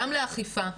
גם לאכיפה,